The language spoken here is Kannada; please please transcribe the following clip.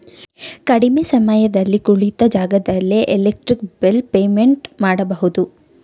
ಕಡಿಮೆ ಸಮಯದಲ್ಲಿ ಕುಳಿತ ಜಾಗದಲ್ಲೇ ಎಲೆಕ್ಟ್ರಿಕ್ ಬಿಲ್ ಪೇಮೆಂಟ್ ಮಾಡಬಹುದು